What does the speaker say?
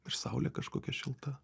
ir saulė kažkokia šilta